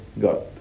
God